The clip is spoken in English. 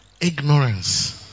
Ignorance